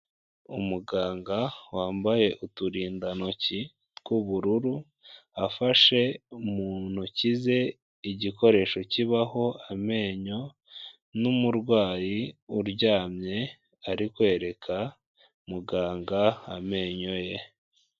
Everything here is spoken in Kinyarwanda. Umuganga wambaye uturindantoki tw'ubururu, afashe mu ntoki ze igikoresho kibaho amenyo n'umurwayi uryamye ari kwereka muganga amenyo ye.